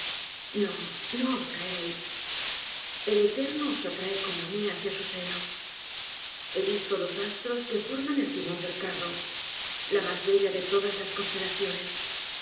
no os caeréis el eterno os atrae como á mí hacia su seno he visto los astros que forman el timón del carro la mas bella de todas las constelaciones